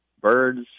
birds